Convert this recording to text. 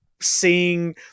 seeing